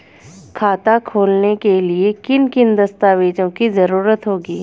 खाता खोलने के लिए किन किन दस्तावेजों की जरूरत होगी?